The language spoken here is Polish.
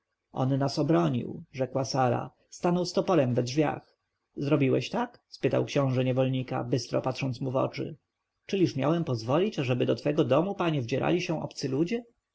on nas obronił rzekła sara stanął z toporem we drzwiach zrobiłeś tak spytał książę niewolnika bystro patrząc mu w oczy czyliż miałem pozwolić ażeby do twego domu panie wdzierali się obcy ludzie